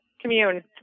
commune